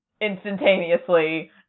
instantaneously